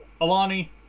Alani